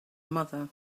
mother